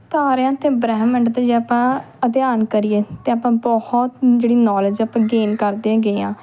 ਤਾਰਿਆਂ ਅਤੇ ਬ੍ਰਹਿਮੰਡ 'ਤੇ ਜੇ ਆਪਾਂ ਅਧਿਐਨ ਕਰੀਏ ਤਾਂ ਆਪਾਂ ਬਹੁਤ ਜਿਹੜੀ ਨੌਲੇਜ ਆਪਾਂ ਗੇਨ ਕਰਦੇ ਹੈਗੇ ਹਾਂ